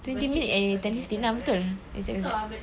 okay okay okay sorry about that susah